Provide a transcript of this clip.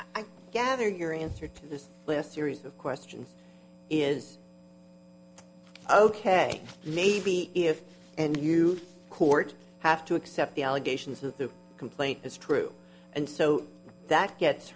i gather your answer to this last series of questions is ok maybe if and you court have to accept the allegations that the complaint is true and so that gets